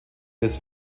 des